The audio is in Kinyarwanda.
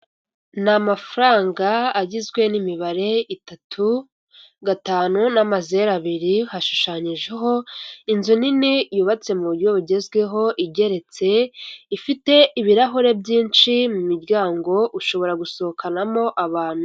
N'amafaranga agizwe n'imibare itatu, gatanu n'amazere abiri hashushanyijeho inzu nini yubatse m'uburyo bugezweho igeretse ifite ibirahure byinshi mu miryango ushobora gusohokanamo abantu.